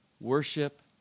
Worship